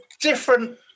different